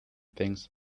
things